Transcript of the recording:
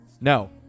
no